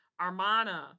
Armana